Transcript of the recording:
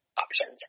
options